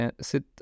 sit